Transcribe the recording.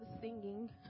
singing